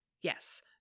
Yes